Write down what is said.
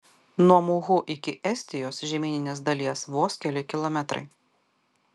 nuo muhu iki estijos žemyninės dalies vos keli kilometrai